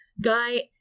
guy